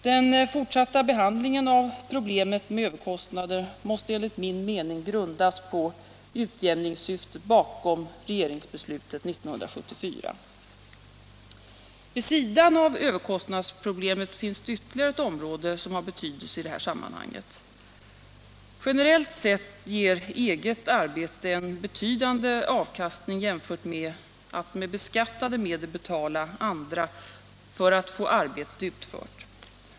Den fortsatta behandlingen av problemet med överkostnader måste enligt min mening grundas på utjämningssyftet bakom riksdagsbeslutet år 1974. Vid sidan av överkostnadsproblemet finns det ytterligare ett område som har betydelse i detta sammanhang. Generellt sett ger eget arbete en betydande avkastning jämfört med det fall då man med beskattade medel betalar andra för att få arbetet utfört.